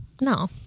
No